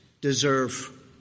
deserve